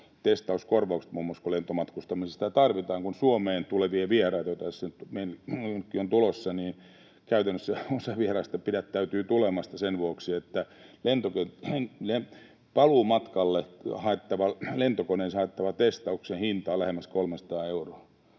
testauskorvaukset, muun muassa, kun lentomatkustamisessa sitä tarvitaan. Kun Suomeen tulee vieraita, joita tässä nyt meillekin on tulossa, niin käytännössä osa vieraista pidättäytyy tulemasta sen vuoksi, että paluumatkalle lentokoneeseen haettavan testauksen hinta on lähemmäs 300 euroa.